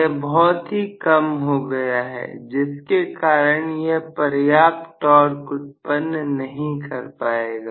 यह बहुत ही कम हो गया है जिसके कारण यह पर्याप्त टॉर्क उत्पन्न नहीं कर पाएगा